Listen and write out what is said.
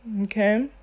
Okay